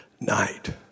night